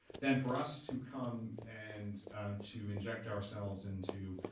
than for us to come and to inject ourselves into